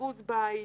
אשפוז בית,